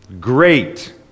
great